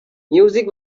music